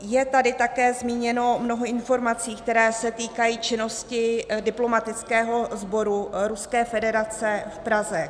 Je tady také zmíněno mnoho informací, které se týkají činnosti diplomatického sboru Ruské federace v Praze.